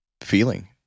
feeling